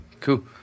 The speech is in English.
cool